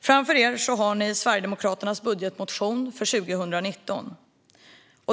Framför er har ni Sverigedemokraternas budgetmotion för 2019.